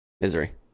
Misery